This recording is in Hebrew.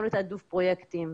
גם לתעדוף פרויקטים.